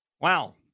Wow